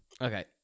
Okay